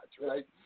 right